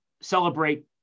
celebrate